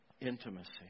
intimacy